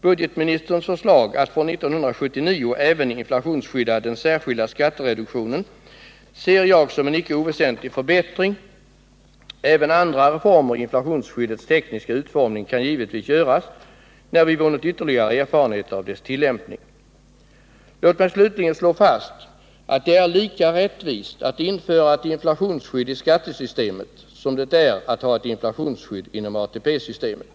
Budgetministerns förslag att från 1979 även inflationsskydda den särskilda skattereduktionen anser jag vara en icke oväsentlig förbättring. Även andra reformer beträffande inflationsskyddets tekniska utformning kan givetvis göras, när vi vunnit ytterligare erfarenheter av dess tillämpning. Låt mig slutligen slå fast att det är lika rättvist att införa ett inflationsskydd i Nr 54 skattesystemet som det är att ha ett inflationsskydd inom ATP-systemet.